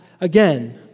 again